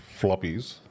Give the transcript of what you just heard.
floppies